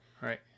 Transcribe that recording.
Right